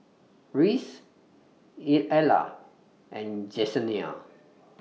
Reece Ella and Jesenia